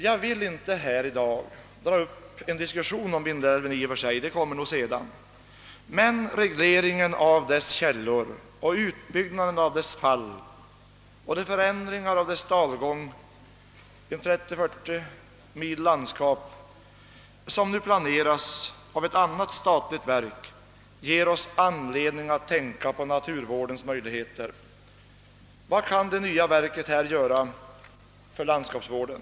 Jag vill inte här i dag dra upp en diskussion om Vindelälven — en sådan kommer nog senare. Men regleringen av dess källor och utbyggnaden av dess fall och de förändringar av dess dalgång med 30—40 mil landskap som nu planeras av ett annat statligt verk ger oss anledning att tänka på naturvårdens möjligheter. Vad kan det nya verket här göra för landskapsvården?